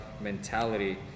mentality